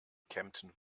kempten